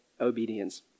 obedience